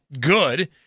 good